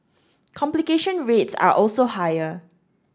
complication rates are also higher